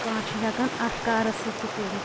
کانٛہہ چھُ ہیٚکان اتھ کارس سۭتۍ تہِ کٔرتھ